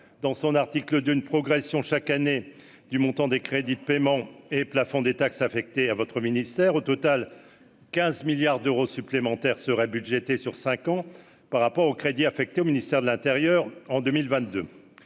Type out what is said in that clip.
dans son article, d'une progression chaque année du montant des crédits de paiement et plafonds des taxes affectées à votre ministère au total 15 milliards d'euros supplémentaires seraient budgété sur 5 ans par rapport aux crédits affectés au ministère de l'Intérieur en 2022